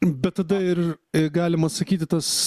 bet tada ir galima sakyti tas